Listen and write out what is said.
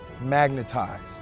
magnetized